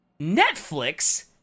Netflix